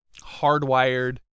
hardwired